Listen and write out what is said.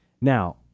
now